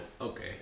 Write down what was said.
Okay